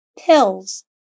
pills